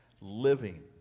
living